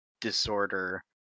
disorder